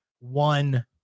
one